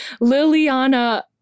Liliana